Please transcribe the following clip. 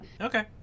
Okay